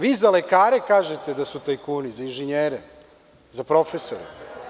Vi za lekare kažete da su tajkuni, za inžinjere, za profesore.